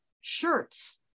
shirts